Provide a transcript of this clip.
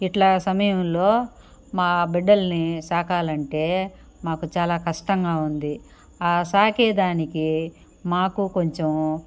ఇట్లా సమయంలో మా బిడ్డలిని సాకాలంటే మాకు చాలా కష్టంగా ఉంది సాకేదానికి మాకు కొంచెము